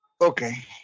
Okay